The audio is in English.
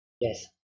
yes